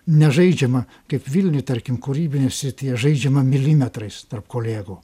nežaidžiama kaip vilniuj tarkim kūrybinėse tie žaidžiama milimetrais tarp kolegų